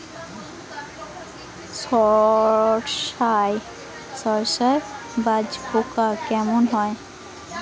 সর্ষায় জাবপোকা কেন হয়?